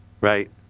Right